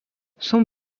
son